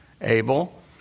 Abel